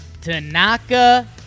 Tanaka